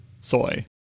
soy